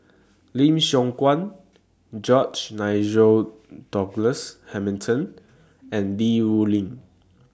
Lim Siong Guan George Nigel Douglas Hamilton and Li Rulin